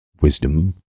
wisdom